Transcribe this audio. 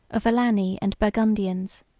of alani and burgundians,